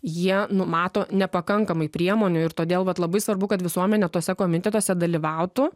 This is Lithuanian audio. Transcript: jie numato nepakankamai priemonių ir todėl vat labai svarbu kad visuomenė tuose komitetuose dalyvautų